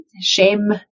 Shame